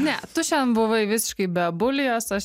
ne tu šiandien buvai visiškai be abulijos aš